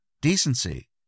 Decency